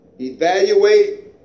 evaluate